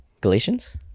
Galatians